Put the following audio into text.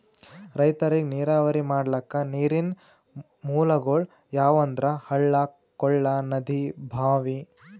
ರೈತರಿಗ್ ನೀರಾವರಿ ಮಾಡ್ಲಕ್ಕ ನೀರಿನ್ ಮೂಲಗೊಳ್ ಯಾವಂದ್ರ ಹಳ್ಳ ಕೊಳ್ಳ ನದಿ ಭಾಂವಿ